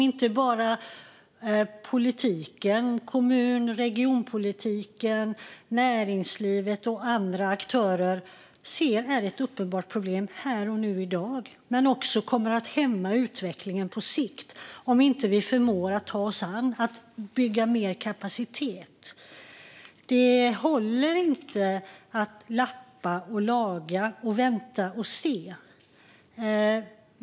Det är sådant som kommun och regionalpolitiken, näringslivet och andra aktörer ser är ett uppenbart problem inte bara här och nu i dag. Det kommer också att hämma utvecklingen på sikt om vi inte förmår ta oss an att bygga mer kapacitet. Det håller inte att lappa och laga och vänta och se.